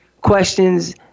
questions